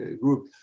group